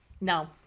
No